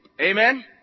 Amen